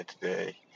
today